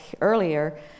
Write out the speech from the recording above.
earlier